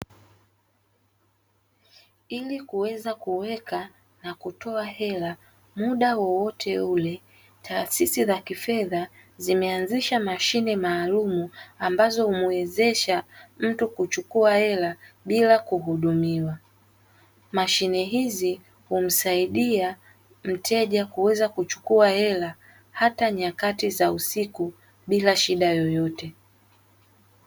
Ili kuweza kuweka na kutoa hela muda wowote ule, taasisi za kifedha zimeanzisha mashine maalumu ambazo humuwezesha mtu kuchukua hela bila kuhudumiwa. Mashine hizi humsaidia mteja kuweza kuchukua hela hata nyakati za usiku bila shida yoyote.